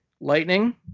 lightning